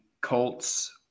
Colts